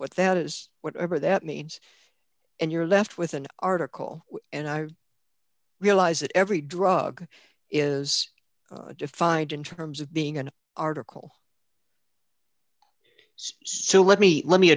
what that is whatever that means and you're left with an article and i realize that every drug is defined in terms of being an article still let me let me